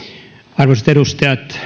arvoisat edustajat